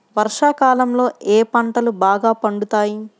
వర్షాకాలంలో ఏ పంటలు బాగా పండుతాయి?